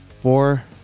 Four